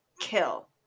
kill